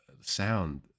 sound